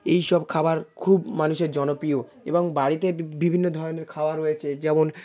এইসব খাবার খুব মানুষের জনপ্রিয় এবং বাড়িতে বিভিন্ন ধরনের খাওয়ার রয়েছে যেমন